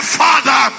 father